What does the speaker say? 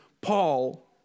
Paul